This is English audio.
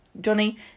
Johnny